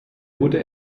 wurde